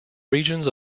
regions